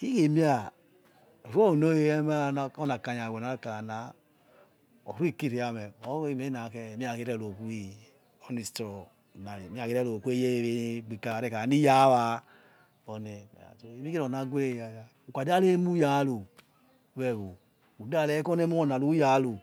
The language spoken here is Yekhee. ikhemie na hapo haruoni oya awenonakaya merakherero khuwe onistore nari merakhero khueyawe nigbika nia nari wa woni hazi hemi kheroma guewe ukhadareme uyaru weh ewo udare oni emona rararu.